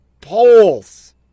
polls